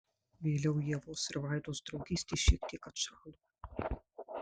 vėliau ievos ir vaidos draugystė šiek tiek atšalo